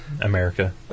America